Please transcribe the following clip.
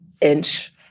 inch